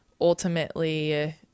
ultimately